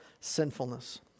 sinfulness